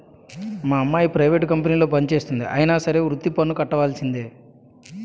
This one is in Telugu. మా అమ్మాయి ప్రైవేట్ కంపెనీలో పనిచేస్తంది అయినా సరే వృత్తి పన్ను కట్టవలిసిందే